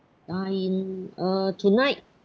dine in uh tonight